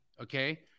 okay